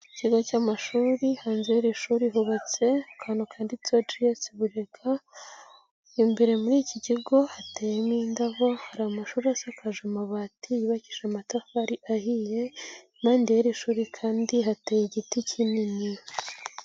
Ikigo cy'amashuri hanze y'iri shuri hubatse akantu kanditseho G.S Burega, imbere muri iki kigo hateyemo indabo, hari amashuri asakaje amabati yubakishije amatafari ahiye kandi hateye igiti kinini.